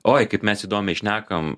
oi kaip mes įdomiai šnekam